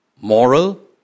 moral